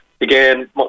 again